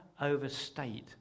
overstate